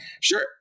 Sure